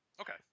Okay